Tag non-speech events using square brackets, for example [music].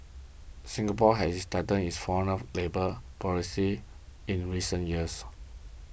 Singapore has [unintelligible] its foreign labour policies in recent years